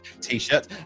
T-shirt